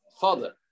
father